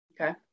Okay